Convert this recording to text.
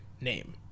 name